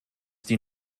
die